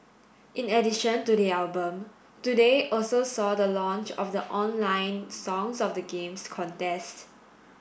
in addition to the album today also saw the launch of the online Songs of the Games contest